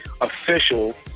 official